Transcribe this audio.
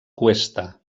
cuesta